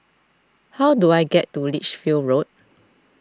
how do I get to Lichfield Road